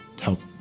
help